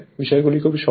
বিষয়গুলো খুবই সহজ